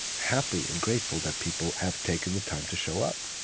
happy and grateful that people have taken the time to show up.